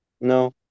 No